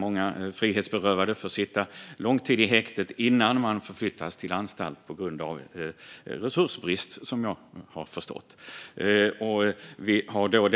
Många frihetsberövade får sitta lång tid i häktet innan de förflyttas till anstalt. Det beror, som jag har förstått det, på resursbrist.